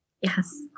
Yes